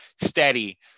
steady